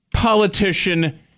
politician